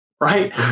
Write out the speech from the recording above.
Right